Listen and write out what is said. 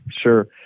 Sure